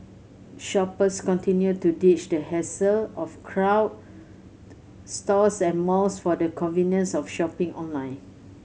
shoppers continue to ditch the hassle of crowd stores and malls for the convenience of shopping online